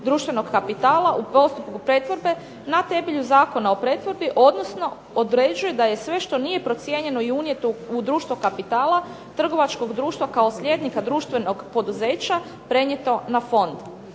društvenog kapitala u postupku pretvorbe na temelju Zakona o pretvorbi, odnosno određuje da je sve što nije procijenjeno i unijeto u društvo kapitala trgovačkog društva kao slijednika društvenog poduzeća prenijeto na fond.